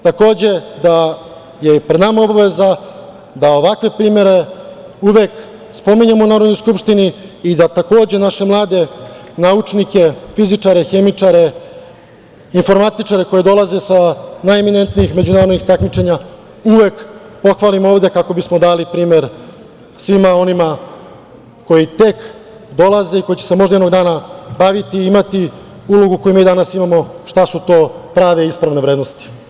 Takođe, pred nama je obaveza da ovakve primere uvek spominjemo u Narodnoj skupštini i da, takođe, naše mlade naučnike, fizičare, hemičare, informatičare, koji dolaze sa najeminentnijih međunarodnih takmičenja uvek pohvalimo ovde kako bismo dali primer svima onima koji tek dolaze i koji će se možda jednog dana baviti i imati ulogu koju mi danas imamo – šta su to prave i ispravne vrednosti.